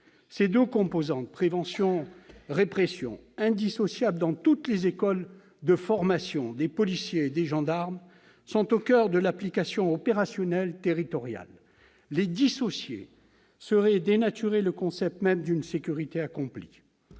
Ces deux composantes, prévention et répression, indissociables dans toutes les écoles de formation des policiers et des gendarmes, sont au coeur de l'application opérationnelle territoriale. Les dissocier reviendrait à dénaturer le concept même d'une sécurité accomplie.